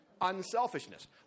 unselfishness